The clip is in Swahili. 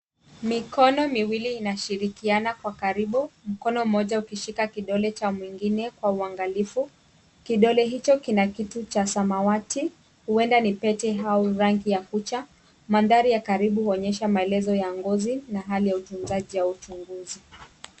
Mikono miwili inashirikiana kwa karibu. Mkono mmoja ukishika kidole cha mwingine kwa uangalifu. Kidole hicho kina kitu cha samawati huenda ni pete au rangi ya kucha. Mandhari ya karibu huonyesha maelezo ya ngozi na hali ya utunzaji wa uchunguzi.